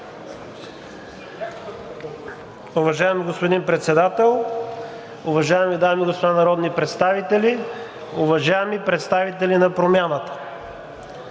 Уважаеми господин Председател, уважаеми дами и господа народни представители, уважаеми представители на Промяната!